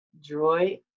joy